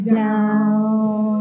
down